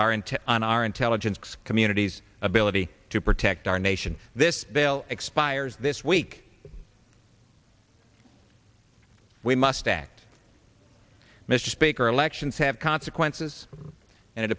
are intent on our intelligence community's ability to protect our nation this bill expires this week we must act mr speaker elections have consequences and it